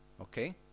Okay